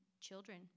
children